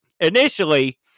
Initially